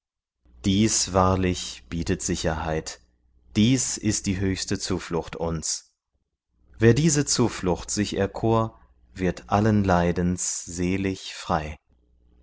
dies wahrlich bietet sicherheit dies ist die höchste zuflucht uns wer diese zuflucht sich erkor wird allen leidens selig frei